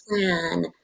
plan